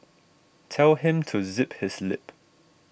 tell him to zip his lip